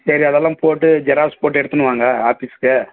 சரி அதெல்லாம் போட்டு ஜெராக்ஸ் போட்டு எடுத்துன்னு வாங்க ஆஃபீஸுக்கு